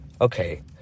okay